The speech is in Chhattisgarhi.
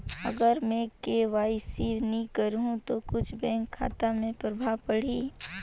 अगर मे के.वाई.सी नी कराहू तो कुछ बैंक खाता मे प्रभाव पढ़ी?